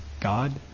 God